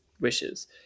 wishes